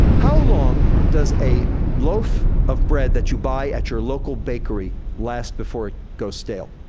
how long does a loaf of bread that you buy at your local bakery last before it goes stale?